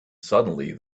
suddenly